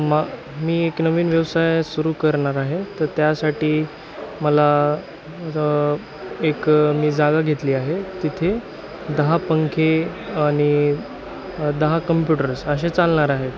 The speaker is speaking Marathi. मा मी एक नवीन व्यवसाय सुरू करणार आहे तर त्यासाठी मला एक मी जागा घेतली आहे तिथे दहा पंखे आणि दहा कंप्युटर्स असे चालणार आहेत